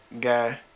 guy